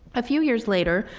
a few years later,